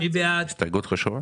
הסתייגות חשובה.